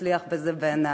שתצליח בזה בענק,